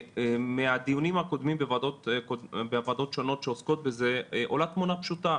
מהדיונים הקודמים בוועדות שונות שעוסקות בזה עולה תמונה פשוטה,